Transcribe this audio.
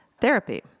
therapy